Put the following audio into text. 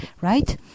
right